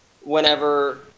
whenever